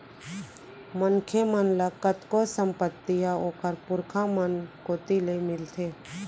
मनखे मन ल कतको संपत्ति ह ओखर पुरखा मन कोती ले मिलथे